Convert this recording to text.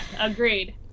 Agreed